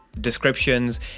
descriptions